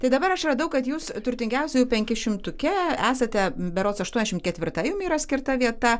tai dabar aš radau kad jūs turtingiausiųjų penkišimtuke esate berods aštuondešim ketvirta yra jum skirta vieta